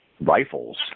rifles